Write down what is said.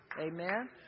amen